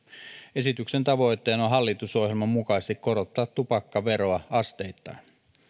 esityksen tavoitteena on hallitusohjelman mukaisesti korottaa tupakkaveroa asteittain